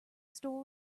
store